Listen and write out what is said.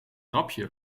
grapje